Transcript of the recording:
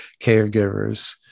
caregivers